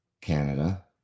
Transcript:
Canada